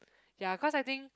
ya cause I think